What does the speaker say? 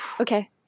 okay